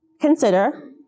Consider